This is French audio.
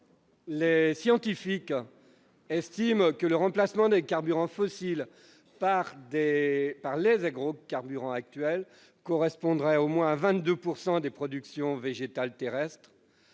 les scientifiques estiment que le remplacement des carburants fossiles par les agrocarburants actuels correspondrait au moins à 22 % des productions végétales terrestres,